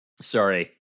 Sorry